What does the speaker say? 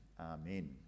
Amen